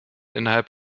innerhalb